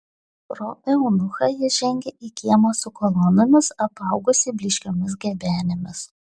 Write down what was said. pro eunuchą jie žengė į kiemą su kolonomis apaugusį blyškiomis gebenėmis